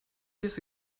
years